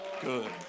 good